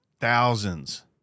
thousands